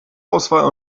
auswahl